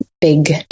big